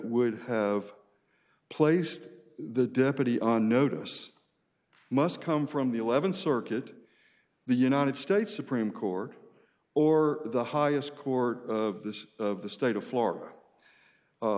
would have placed the deputy on notice must come from the th circuit the united states supreme court or the highest court of this of the state of florida